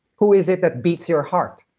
who is it that beats your heart?